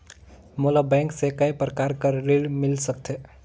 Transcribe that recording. मोला बैंक से काय प्रकार कर ऋण मिल सकथे?